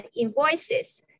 invoices